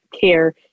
care